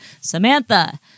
Samantha